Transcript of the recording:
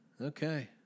Okay